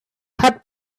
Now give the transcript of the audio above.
had